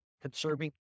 Conserving